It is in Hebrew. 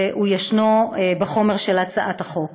והוא נמצא בחומר של הצעת החוק.